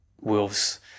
Wolves